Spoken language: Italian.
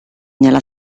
nella